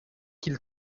qu’il